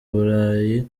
burayi